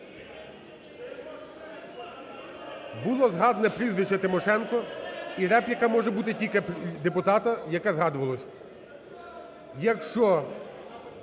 Було згадане прізвище Тимошенко і репліка може бути тільки депутата, який згадувався. Якщо…